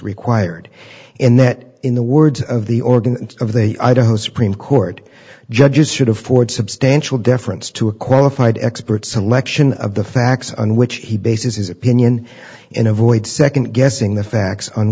required and that in the words of the organ of the idaho supreme court judges should afford substantial deference to a qualified expert selection of the facts on which he bases his opinion in a void nd guessing the facts on